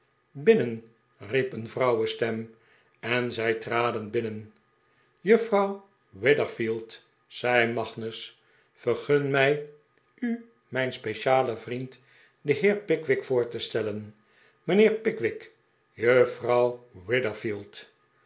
binnen riep een vrouwenstem en zij traden binnen juffrouw witherfield zei magnus vergun mij u mijn specialen vriend den heer pickwick voor te stellen mijnheer pickwick juffrouw